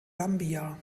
gambia